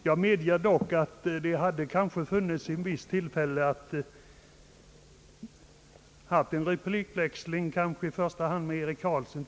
Jag medger dock att det kanske hade varit tillfälle till en replikväxling med i första hand herr Eric Carlsson.